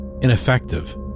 ineffective